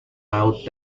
laut